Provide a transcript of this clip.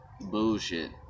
bullshit